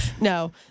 no